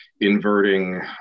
inverting